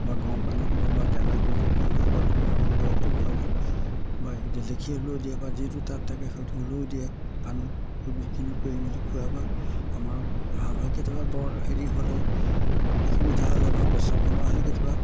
বা গৰম পানী দিব বা দানাটো সেইটো খুৱাব বা দৰব আমুক দৰৱটো খুৱাব বা লেখি হ'লেও দিয়ে বা যিটো তাত থাকে সেইটো হ'লেও দিয়ে আনোঁ সেইখিনি কৰি মেলি খুৱা বোৱা আমাৰ ভাল হয় কেতিয়াবা বৰ হেৰি হ'লে অসুবিধা হ'লে বা বচাব নোৱাৰা হ'লে কেতিয়াবা